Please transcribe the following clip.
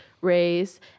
raise